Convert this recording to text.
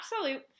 absolute